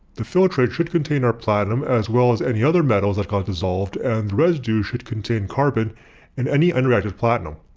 the filtrate should contain our platinum as well as any other metals that got dissolved and the residue should contain carbon and any unreacted platinum.